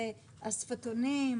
זה השפתונים,